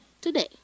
today